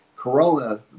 corona